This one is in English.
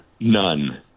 None